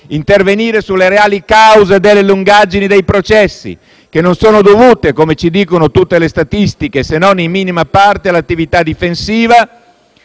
intervenire anche sulle reali cause delle lungaggini dei processi, che non sono dovute come ci dicono tutte le statistiche, se non in minima parte, all'attività difensiva